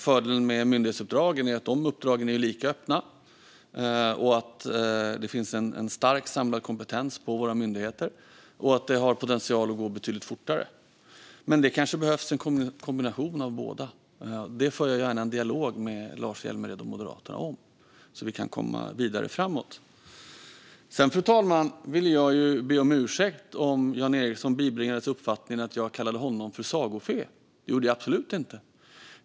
Fördelar med myndighetsuppdrag är att de är lika öppna, att det finns en stor samlad kompetens på våra myndigheter och att det har potential att gå betydligt fortare. Men kanske behövs det en kombination av båda, och det för jag gärna en dialog med Lars Hjälmered och Moderaterna om så att vi kan komma vidare framåt. Fru talman! Jag ber om ursäkt om Jan Ericson bibringades uppfattningen att jag kallade honom för sagofe. Det gjorde jag absolut inte.